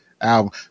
album